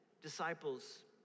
disciples